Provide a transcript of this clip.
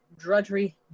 drudgery